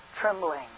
trembling